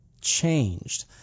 changed